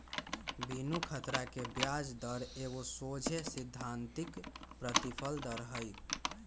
बिनु खतरा के ब्याज दर एगो सोझे सिद्धांतिक प्रतिफल दर हइ